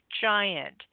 giant